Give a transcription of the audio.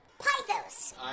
Pythos